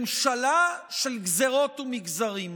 ממשלה של גזרות ומגזרים.